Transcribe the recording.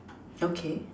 okay